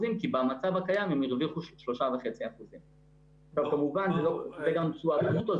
כי במצב הקיים הם הרוויחו 3.5%. כמובן זה גם תשואה ברוטו,